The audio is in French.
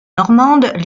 normandes